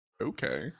Okay